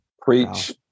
Preach